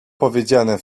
powiedziane